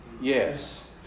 Yes